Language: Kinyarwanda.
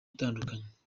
itandukanye